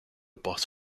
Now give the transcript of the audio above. boss